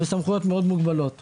וסמכויות מוגבלות מאוד.